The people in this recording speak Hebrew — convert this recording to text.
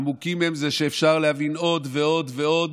עמוקים הם, זה שאפשר להבין עוד ועוד ועוד.